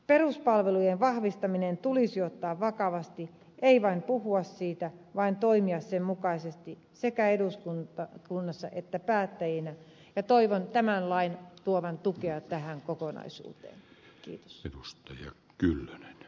peruspalvelujen vahvistaminen tulisi ottaa vakavasti ei vain puhua siitä vaan toimia sen mukaisesti sekä eduskunnassa että päättäjinä ja toivon tämän lain tuovan tukea tähän kokonaisuuteen